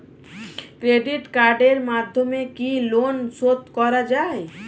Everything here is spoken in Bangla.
ক্রেডিট কার্ডের মাধ্যমে কি লোন শোধ করা যায়?